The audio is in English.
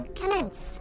commence